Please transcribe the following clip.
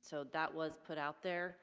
so that was put out there